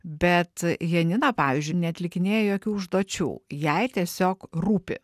bet janina pavyzdžiui neatlikinėjo jokių užduočių jai tiesiog rūpi